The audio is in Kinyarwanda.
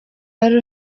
wari